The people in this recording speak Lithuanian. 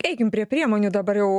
eikim prie priemonių dabar jau